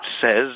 says